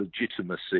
legitimacy